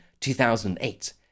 2008